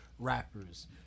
Rappers